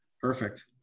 Perfect